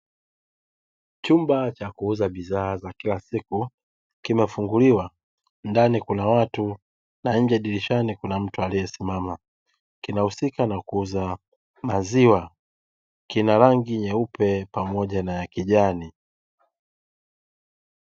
Chumba cha kuuza bidhaa za kila siku kimefunguliwa ndani kuna watu na nje dirishani kuna mtu aliyesimama kinahusika na kuuza maziwa kina rangi nyeupe pamoja na ya kijani.